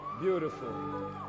beautiful